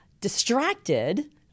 distracted